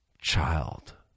child